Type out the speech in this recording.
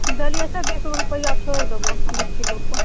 देलियै से बीसगो रुपैआ छोड़ि देबऽ बीस किलो पर